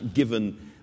given